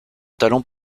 talent